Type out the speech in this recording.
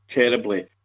terribly